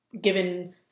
given